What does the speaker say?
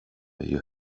you